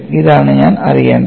ഇതാണ് ഞാൻ അറിയേണ്ടത്